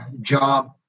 job